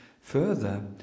further